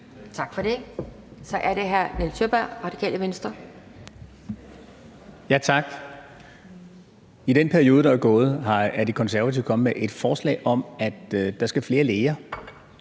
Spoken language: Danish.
Tak for det. Så er det hr. Nils Sjøberg, Radikale Venstre. Kl. 16:44 Nils Sjøberg (RV): Tak. I den periode, der er gået, er De Konservative kommet med et forslag om, at der skal være flere læger.